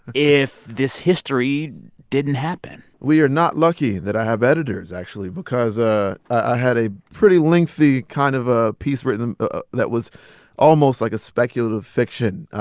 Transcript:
if this history didn't happen? we are not lucky that i have editors, actually, because i ah ah had a pretty lengthy kind of ah piece written ah that was almost like a speculative fiction